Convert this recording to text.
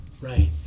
Right